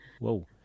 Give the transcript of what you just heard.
whoa